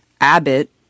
Abbott